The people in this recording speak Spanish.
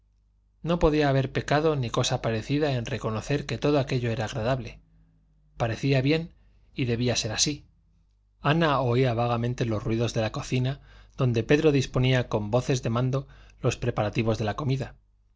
no podía haber pecado ni cosa parecida en reconocer que todo aquello era agradable parecía bien y debía ser así ana oía vagamente los ruidos de la cocina donde pedro disponía con voces de mando los preparativos de la comida